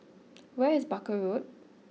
where is Barker Road